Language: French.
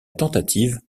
tentative